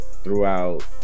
Throughout